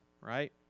right